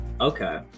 Okay